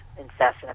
incessant